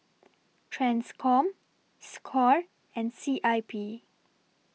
TRANSCOM SCORE and C I P